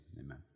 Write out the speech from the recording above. amen